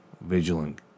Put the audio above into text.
vigilant